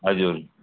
हजुर